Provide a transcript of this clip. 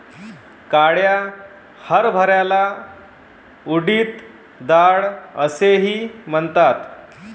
काळ्या हरभऱ्याला उडीद डाळ असेही म्हणतात